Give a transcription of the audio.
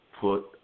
put